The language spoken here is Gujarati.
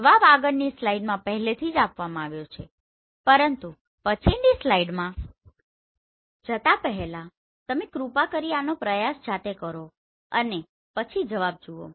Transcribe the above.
જવાબ આગળની સ્લાઇડ્સમાં પહેલેથી જ આપવામાં આવ્યો છે પરંતુ પછીની સ્લાઇડમાં જતા પહેલા તમે કૃપા કરીને આનો પ્રયાસ જાતે કરો અને પછી જવાબ જુઓ